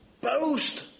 boast